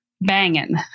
banging